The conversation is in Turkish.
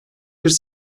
kırk